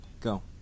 Go